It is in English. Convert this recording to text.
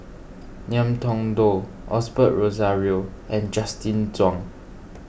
Ngiam Tong Dow Osbert Rozario and Justin Zhuang